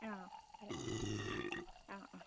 ആ അതെ ആ ആ